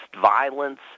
violence